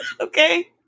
okay